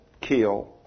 kill